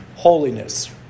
Holiness